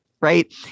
right